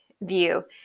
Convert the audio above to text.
view